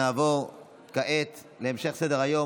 נעבור כעת להמשך סדר-היום,